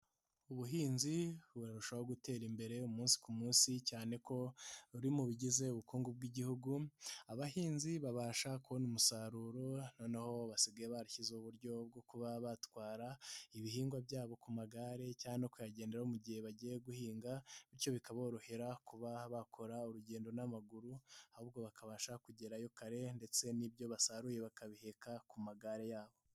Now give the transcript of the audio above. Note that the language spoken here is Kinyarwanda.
Ubuhinzi burushaho gutera imbere umunsi ku munsi cyane ko buri mu bigize ubukungu bw'igihugu. Abahinzi babasha kubona umusaruro noneho basigaye barashyizeho uburyo bwo kuba batwara ibihingwa byabo ku magare cyangwa kuyagenderaho. Mu gihe bagiye guhinga bityo bikaborohera kuba bakora urugendo n'amaguru ahubwo bakabasha kugerayo kare ndetse n'ibyo basaruye bakabiheka ku magare yabo.